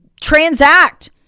Transact